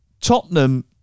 Tottenham